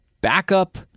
backup